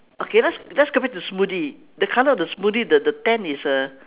okay let's let's get back to smoothie the colour of the smoothie the the tent is uh